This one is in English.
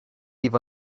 live